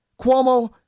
Cuomo